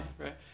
right